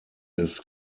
des